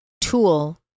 tool